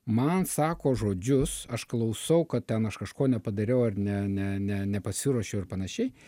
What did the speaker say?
man sako žodžius aš klausau kad ten aš kažko nepadariau ar ne ne ne nepasiruošiau ir panašiai